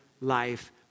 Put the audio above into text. life